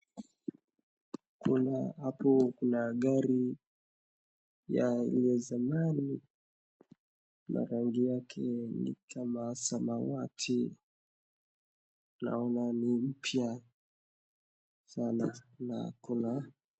Kuna hapo kuna gari ya zamani na rangi yake ni kama samawati, naona ni mpya sana na kuna...